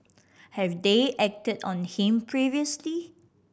have they acted on him previously